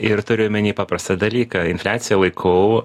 ir turiu omeny paprastą dalyką infliacija laikau